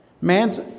Man's